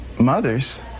mothers